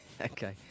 Okay